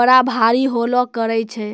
बड़ा भारी होलो करै छै